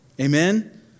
Amen